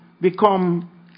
become